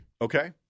Okay